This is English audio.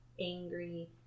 angry